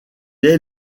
est